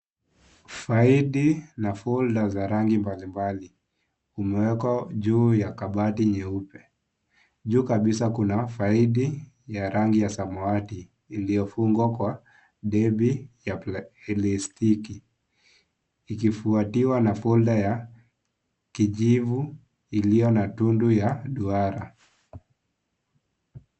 Faili na folder za rangi mbalimbali, umewekwa juu ya kabati nyeupe. Juu kabisa kuna faili ya rangi ya samawati iliyofungwa kwa debe ya plastiki ikifuatiwa na folder ya kijivu iliyo na tundu ya duara.